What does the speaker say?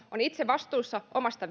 on itse vastuussa myös omasta